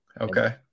Okay